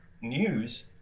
news